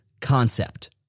concept